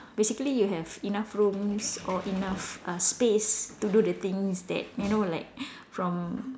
basically you have enough rooms or enough uh space to do the things that you know like from